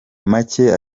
make